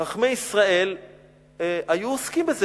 חכמי ישראל היו עוסקים בזה.